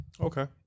Okay